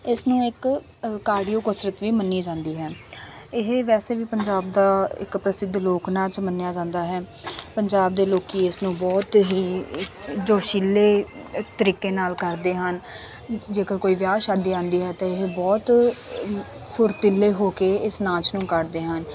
ਇਸਨੂੰ ਇੱਕ ਕਾਰਡੀਓ ਕਸਰਤ ਵੀ ਮੰਨੀ ਜਾਂਦੀ ਹੈ ਇਹ ਵੈਸੇ ਵੀ ਪੰਜਾਬ ਦਾ ਇੱਕ ਪ੍ਰਸਿੱਧ ਲੋਕ ਨਾਚ ਮੰਨਿਆ ਜਾਂਦਾ ਹੈ ਪੰਜਾਬ ਦੇ ਲੋਕ ਇਸ ਨੂੰ ਬਹੁਤ ਹੀ ਜੋਸ਼ੀਲੇ ਤਰੀਕੇ ਨਾਲ ਕਰਦੇ ਹਨ ਜੇਕਰ ਕੋਈ ਵਿਆਹ ਸ਼ਾਦੀ ਆਉਂਦੀ ਹੈ ਤਾਂ ਇਹ ਬਹੁਤ ਫੁਰਤੀਲੇ ਹੋ ਕੇ ਇਸ ਨਾਚ ਨੂੰ ਕਰਦੇ ਹਨ